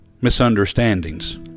misunderstandings